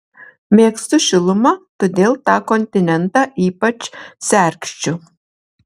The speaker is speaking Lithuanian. mėgstu šilumą todėl tą kontinentą ypač sergsčiu